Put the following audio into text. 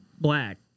black